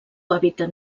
hàbitat